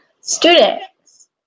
students